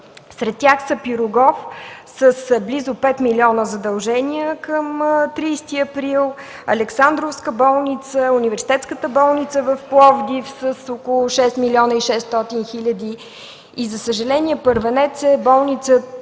Сред тях са „Пирогов” с близо пет милиона задължения към 30 април, Александровска болница, Университетската болница в Пловдив с около 6 млн. 600 хиляди и за съжаление първенецът е болница